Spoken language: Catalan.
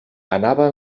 anava